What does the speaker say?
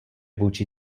vůči